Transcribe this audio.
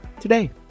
today